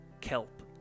kelp